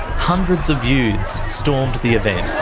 hundreds of youths stormed the event,